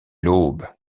l’aube